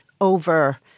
over